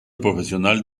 profesional